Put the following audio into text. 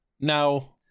Now